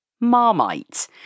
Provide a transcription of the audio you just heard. Marmite